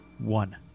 one